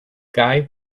guy